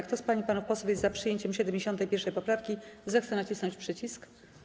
Kto z pań i panów posłów jest za przyjęciem 71. poprawki, zechce nacisnąć przycisk.